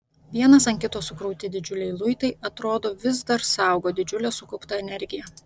vienas ant kito sukrauti didžiuliai luitai atrodo vis dar saugo didžiulę sukauptą energiją